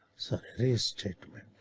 sorry statement.